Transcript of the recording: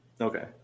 Okay